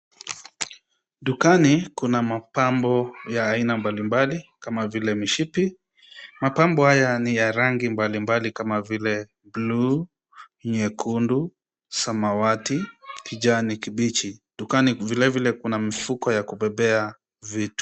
Dukani kuna mapambo ya aina mbalimbali kama vile mishipi. Mapambo haya ni ya rangi mbalimbali kama vile bluu, nyekundu, samawati, kijani kibichi. Dukani vilevile kuna mifuko ya kubebea vitu.